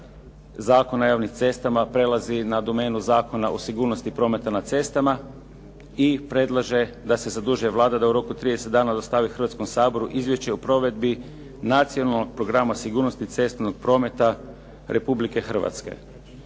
Zakona o javnim cestama prelazi na domenu Zakona o sigurnosti prometa na cestama i predlaže da se zadužuje Vlada da u roku od 30 dana dostavi Hrvatskom saboru izvješće o provedbi Nacionalnog programa sigurnosti cestovnog prometa Republike Hrvatske.